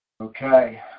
Okay